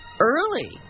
early